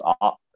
up